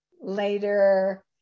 later